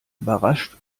überrascht